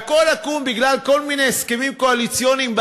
והכול עקום בגלל כל מיני הסכמים קואליציוניים.